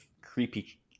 creepy